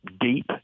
deep